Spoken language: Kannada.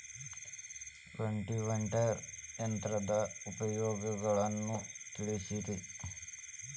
ರೋಟೋವೇಟರ್ ಯಂತ್ರದ ಉಪಯೋಗಗಳನ್ನ ತಿಳಿಸಿರಿ